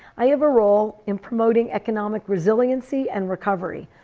i have a role in promoting economic resiliency and recovery.